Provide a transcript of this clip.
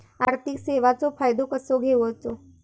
आर्थिक सेवाचो फायदो कसो घेवचो?